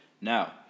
Now